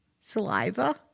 Saliva